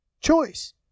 choice